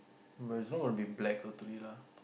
but is not gonna be black totally lah